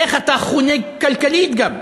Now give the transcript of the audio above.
איך אתה חונק, כלכלית, גם,